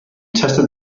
tested